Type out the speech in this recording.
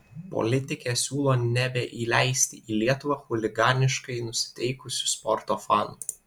politikė siūlo nebeįleisti į lietuvą chuliganiškai nusiteikusių sporto fanų